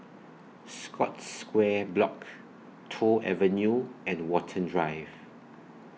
Scotts Square Block Toh Avenue and Watten Drive